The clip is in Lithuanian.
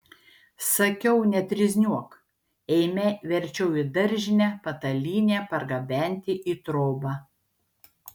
sakiau netrizniuok eime verčiau į daržinę patalynę pargabenti į trobą